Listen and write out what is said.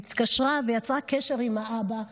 והיא התקשרה ויצרה קשר עם האבא,